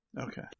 Okay